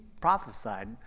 prophesied